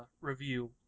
review